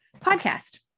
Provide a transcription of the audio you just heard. podcast